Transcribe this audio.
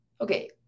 Okay